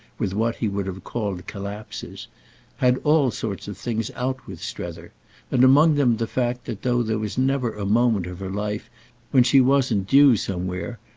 with what he would have called collapses had all sorts of things out with strether and among them the fact that though there was never a moment of her life when she wasn't due somewhere,